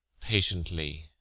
Patiently